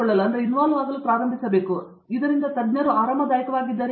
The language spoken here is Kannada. ಪ್ರತಾಪ್ ಹರಿಡೋಸ್ ಅವರು ತೊಡಗಿಸಿಕೊಳ್ಳಲು ಪ್ರಾರಂಭಿಸಬೇಕು ಇದರಿಂದ ತಜ್ಞರು ನಿಮಗೆ ಆರಾಮದಾಯಕವೆಂದು ತಿಳಿಯುತ್ತಾರೆ